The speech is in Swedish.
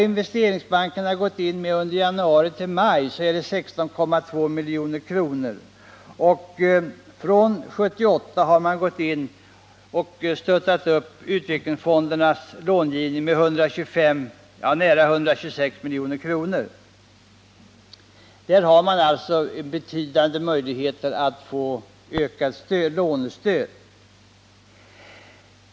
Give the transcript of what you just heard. Investeringsbanken har under tiden januari-maj i år gått in med 16,2 milj.kr. Från 1978 har banken stöttat utvecklingsfondernas långivning med nära 126 milj.kr. Där har man alltså betydande möjligheter att få ökat lånestöd.